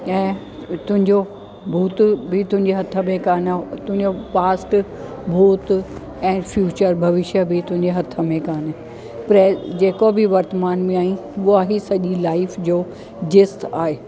ऐं तुंहिंजो भूत बि तुंहिंजे हथ में कानि तुंहिंजो पास्ट भूत ऐं फ्यूचर भविष्य बि तुंहिंजे हथ में कोन्हे प्रै जेको बि वर्तमान में आई उहा ई सॼी लाइफ जो जिस्त आहे